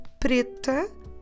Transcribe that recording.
preta